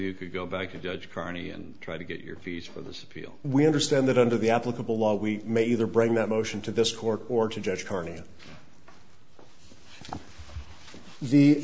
you could go back and judge carney and try to get your fees for this appeal we understand that under the applicable law we may either bring that motion to this court or to judge carn